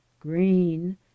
green